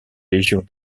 légions